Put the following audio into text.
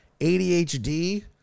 ADHD